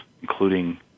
including